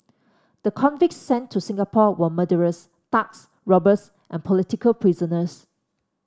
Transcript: the convicts sent to Singapore were murderers thugs robbers and political prisoners